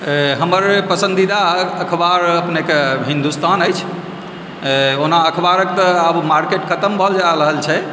हमर पसन्दीदा अखबार अपनेके हिन्दुस्तान अछि ओना अखबारके तऽ आब मार्केटे खतम भेल जा रहल छै